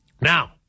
now